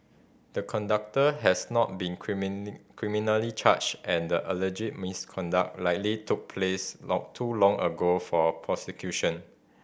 the conductor has not been criminally charged and the alleged misconduct likely took place long too long ago for prosecution